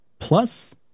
Plus